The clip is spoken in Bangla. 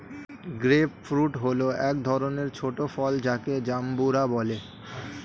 গ্রেপ ফ্রূট হল এক ধরনের ছোট ফল যাকে জাম্বুরা বলে